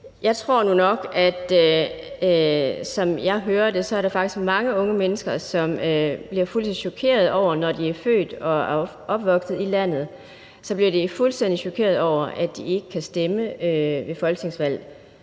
Jeg tror nu nok, som jeg hører det, at der faktisk er mange unge mennesker, som bliver fuldstændig chokeret over, når de er født og opvokset i landet, at de ikke kan stemme ved folketingsvalg.